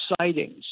sightings